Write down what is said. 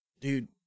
dude